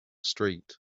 street